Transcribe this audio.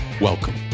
Welcome